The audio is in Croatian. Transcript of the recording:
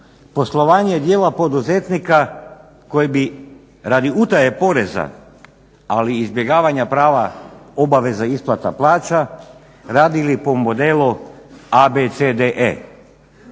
poslovanje dijela poduzetnika koji bi radi utaje poreza, ali i izbjegavanja prava obaveza isplata plaća radili po modelu A,